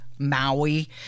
Maui